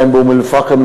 באום-אלפחם,